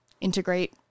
integrate